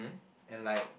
and like